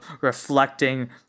reflecting